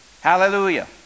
Hallelujah